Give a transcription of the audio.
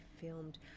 filmed